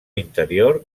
interior